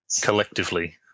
Collectively